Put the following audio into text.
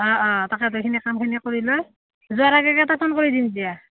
অঁ অঁ তাকেতো সেইখিনি কামখিনি কৰি লৈ যোৱাৰ আগে আগে এটা ফোন কৰি দিম দিয়া